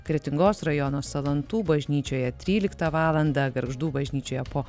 kretingos rajono salantų bažnyčioje tryliktą valandą gargždų bažnyčioje po